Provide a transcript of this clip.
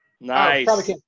Nice